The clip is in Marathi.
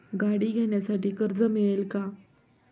गाडी घेण्यासाठी कर्ज मिळेल का?